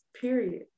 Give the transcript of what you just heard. period